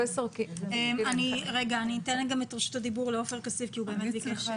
אני אתן את רשות הדיבור לעופר כסיף כי הוא ביקש.